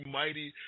mighty